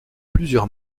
plusieurs